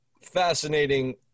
fascinating